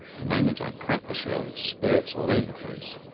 the moment i crack the shell it spurts all over the plate,